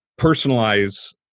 personalize